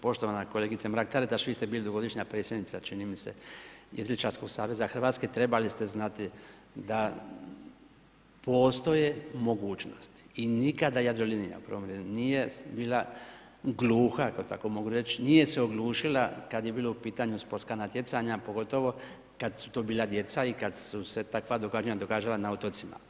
Poštovana kolegice Mrak Taritaš, vi ste bili dugogodišnja predsjednica, čini mi se jedriličarskog saveza Hrvatske, trebali ste znati da postoje mogućnost i nikada Jadrolinija, u prvom redu, nije bila gluha, ako to tako mogu reći, nije se oglušila kada je bilo u pitanja sportska natjecanja, pogotovo, kada su to bila djeca i kada su se takva događanja događala na otocima.